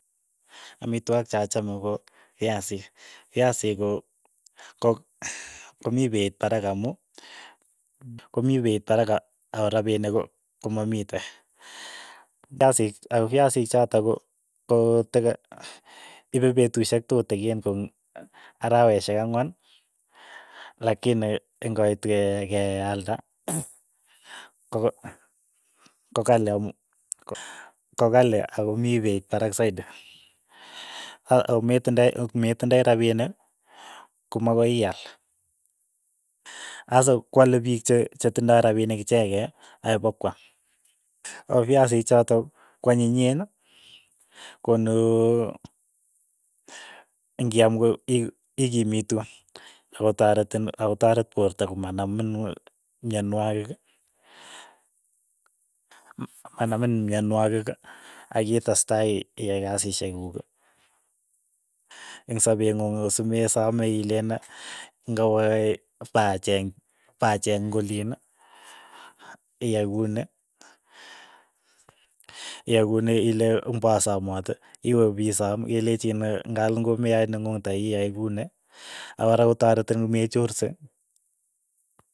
Amitwogik che achame ko fiasiik, fiasik ko- ko komii peit parak amu komii peit parak a ako rapinik ko komamite, fiasiik ako fiasiik chotok ko- ko te ipe petushek tutikin ko araweshek ang'wan lakini ing'oit ke- ke alda ko kokali amu ko kali ako mii peit parak saiti, aa akometindai mm metindai rapinik komakoi iaal, sasa kwale piik che- che tindoi rapinik ichekei aya pokwam, ako fiasiik chotok kwaninyeen, konu ing'iaam ko ii ikimitu akotaretin, akotaret poorto komanamin myonwogik manamin myonwogik akitestai iiai kasishek kuuk, ingsapeet ng'ung simesame ileen ng'awa pacheeng pacheeng ing'oliin, iai kuni, iai kuni ile mbosamate iwe pisam kelechin ngalen komeaye neng'ung ta iyae kuni. akora kotaretin kimechorse.